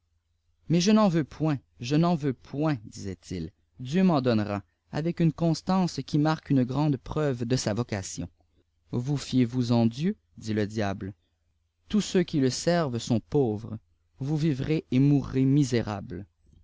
mais je n'en veux point je n'en veux point disait-il dieu m'en donnera avec une constance qui marque une grande preuve de sa vocation vous fiez vouis en dieu dit le diable tous ceux qui le servent sont pauvres vous vivrez et mourrez misérable